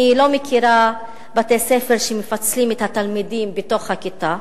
אני לא מכירה בתי-ספר שמפצלים את התלמידים בתוך הכיתה,